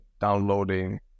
downloading